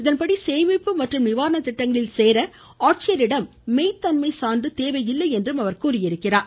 இதன்படி சேமிப்பு மற்றும் நிவாரணத்திட்டங்களில் சேர ஆட்சியரிடம் மெய்த்தன்மை சான்று தேவையில்லை என்றும் அவர் கூறினார்